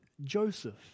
Joseph